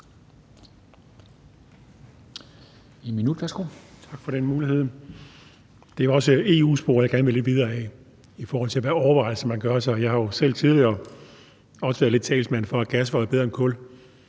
Lilleholt (V): Tak for den mulighed. Det er også EU-sporet, jeg gerne vil lidt videre ad, i forhold til hvilke overvejelser man gør sig. Jeg har jo selv tidligere også været lidt talsmand for, at gas var bedre end kul,